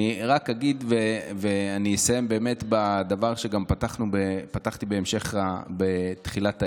אני רק אגיד ואני אסיים באמת בדבר שבו גם פתחתי בתחילת הערב.